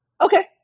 Okay